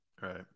Right